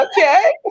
Okay